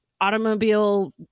automobile